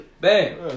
Bam